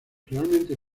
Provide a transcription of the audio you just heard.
realmente